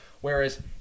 whereas